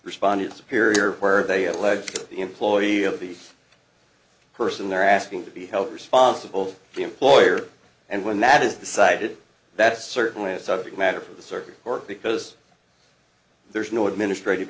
responded superior where they allege the employee of the person they're asking to be held responsible the employer and when that is decided that's certainly a subject matter for the circuit court because there's no administrative